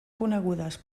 conegudes